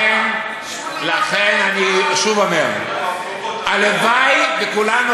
לכן אני שוב אומר: הלוואי שכולנו